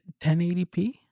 1080p